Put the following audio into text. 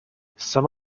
some